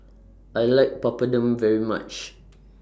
I like Papadum very much